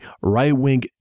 right-wing